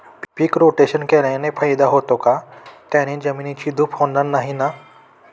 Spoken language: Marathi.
पीक रोटेशन केल्याने फायदा होतो का? त्याने जमिनीची धूप होणार नाही ना?